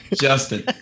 Justin